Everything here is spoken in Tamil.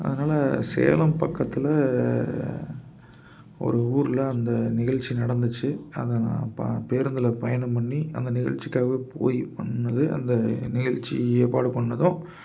அதனால் சேலம் பக்கத்தில் ஒரு ஊரில் அந்த நிகழ்ச்சி நடந்துச்சு அதை நான் பா பேருந்தில் பயணம் பண்ணி அந்த நிகழ்ச்சிக்காகவே போய் பண்ணது அந்த நிகழ்ச்சி ஏற்பாடு பண்ணதும்